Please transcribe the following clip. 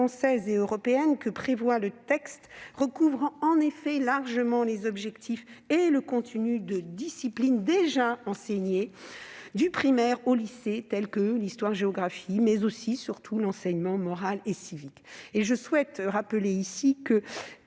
et européenne, que prévoit le texte, recouvre en effet largement les objectifs et le contenu de disciplines déjà enseignées du primaire au lycée, telles que l'histoire-géographie, mais aussi et surtout l'enseignement moral et civique. Ces deux matières sont